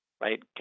right